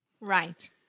Right